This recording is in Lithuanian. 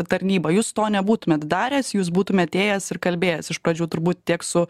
tarnyba jūs to nebūtumėt daręs jūs būtumėt ėjęs ir kalbėjęs iš pradžių turbūt tiek su